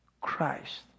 Christ